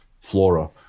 flora